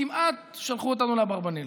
כמעט שלחו אותנו לאברבנאל.